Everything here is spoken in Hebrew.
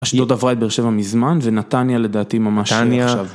אשדוד עברה את באר שבע מזמן ונתניה לדעתי ממש עכשיו.